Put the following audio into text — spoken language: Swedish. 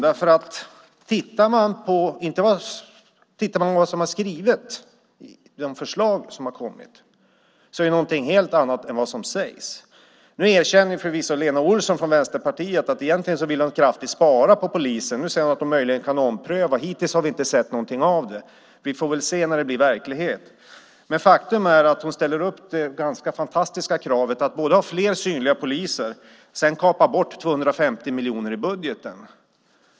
Om man tittar på de förslag som lagts fram står där något helt annat än vad som sägs. Förvisso erkänner Lena Olsson från Vänsterpartiet att hon egentligen vill spara kraftigt på polisen, men nu säger hon ändå att hon möjligen kan ompröva det. Hittills har vi inte sett någonting av det. Vi får väl se när det blir verklighet. Faktum är dock att hon ställer upp det ganska fantastiska kravet att både ha fler synliga poliser och kapa bort 250 miljoner från budgeten.